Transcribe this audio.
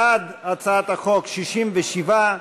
בעד הצעת החוק, 67,